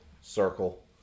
circle